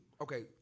Okay